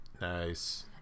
Nice